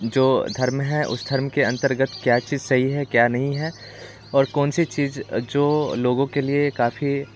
जो धर्म है उस धर्म के अंतर्गत क्या चीज सही है क्या नहीं है और कौन सी चीज जो लोगों के लिए काफ़ी